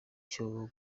cyo